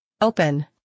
open